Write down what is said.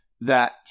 that-